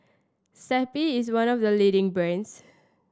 Zappy is one of the leading brands